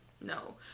no